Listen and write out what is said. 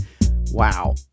wow